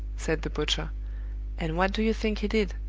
said the butcher and what do you think he did?